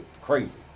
crazy